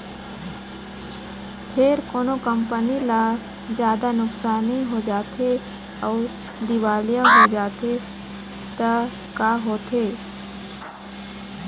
फेर कोनो कंपनी ल जादा नुकसानी हो जाथे अउ दिवालिया हो जाथे त का होथे?